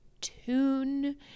tune